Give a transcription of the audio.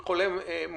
במגע עם חולה מאומת,